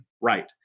right